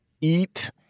eat